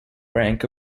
rank